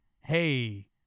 hey